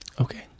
okay